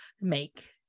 make